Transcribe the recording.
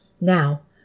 now